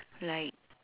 like